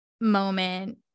moment